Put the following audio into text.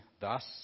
Thus